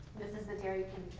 this is the dairy